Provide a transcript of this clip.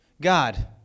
god